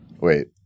Wait